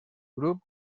grup